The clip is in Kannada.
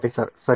ಪ್ರೊಫೆಸರ್ ಸರಿ